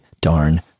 darn